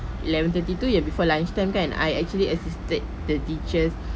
eleven twenty tu yang before the lunchtime kan I actually assisted the teachers